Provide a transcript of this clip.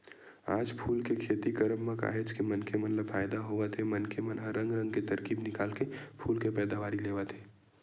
आज फूल के खेती करब म काहेच के मनखे मन ल फायदा होवत हे मनखे मन ह रंग रंग के तरकीब निकाल के फूल के पैदावारी लेवत हे